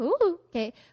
Okay